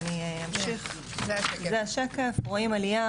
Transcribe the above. זה השקף רואים עלייה,